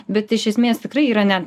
bet iš esmės tikrai yra ne